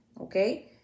okay